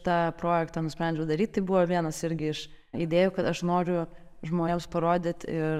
tą projektą nusprendžiau daryt tai buvo vienas irgi iš idėjų kad aš noriu žmonėms parodyt ir